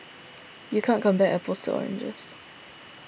you can't compare apples to oranges